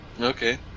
Okay